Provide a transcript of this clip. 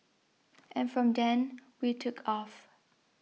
and from then we took off